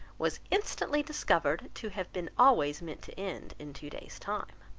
was instantly discovered to have been always meant to end in two days' time.